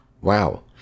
wow